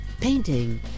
painting